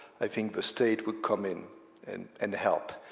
i think the state would come in and and help.